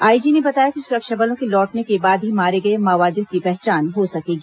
IG ने बताया कि सुरक्षा बलों के लौटने के बाद ही मारे गए माओवादियों की पहचान हो सकेगी